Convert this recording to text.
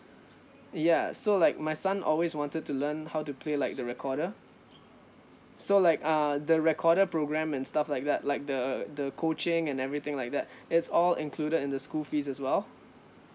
ya so like my son always wanted to learn how to play like the recorder so like uh the recorder program and stuff like that like the the coaching and everything like that it's all included in the school fees as well